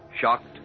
Shocked